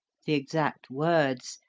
the exact words,